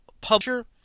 Publisher